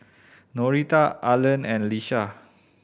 Norita Arlen and Ieshia